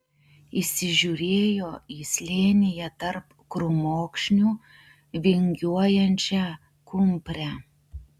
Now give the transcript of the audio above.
įsižiūrėjo į slėnyje tarp krūmokšnių vingiuojančią kumprę